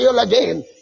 again